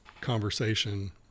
conversation